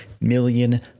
million